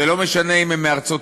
ולא משנה אם הם מארצות-הברית